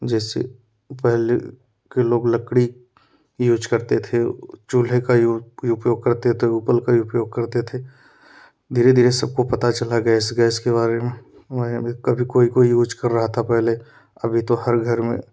जैसे पहले के लोग लकड़ी यूज करते थे चूल्हे का उपयोग करते थे उपल का उपयोग करते थे धीरे धीरे सबको पता चला गैस गैस के बारे में वहाँ यहाँ भी कभी कोई कोई यूज कर रहा था पहले अभी तो हर घर में